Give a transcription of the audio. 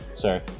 Sorry